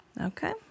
Okay